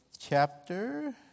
chapter